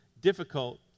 difficult